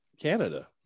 Canada